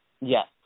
Yes